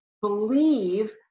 believe